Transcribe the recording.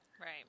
Right